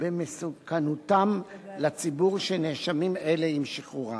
במסוכנותם לציבור של נאשמים אלה עם שחרורם.